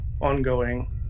ongoing